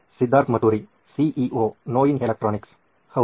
Siddharth Maturi CEO ನೋಯಿನ್ electronics ಹೌದು